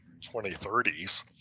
2030s